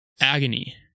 Agony